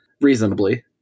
reasonably